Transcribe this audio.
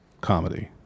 comedy